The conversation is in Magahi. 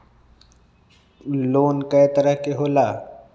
लोन कय तरह के होला?